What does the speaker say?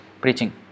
preaching